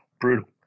brutal